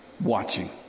watching